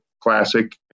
classic